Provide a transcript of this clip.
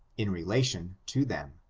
in relation to them,